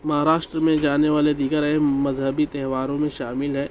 مہاراشٹر میں جانے والے دیگر اہم مذہبی تہواروں میں شامل ہے